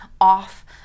off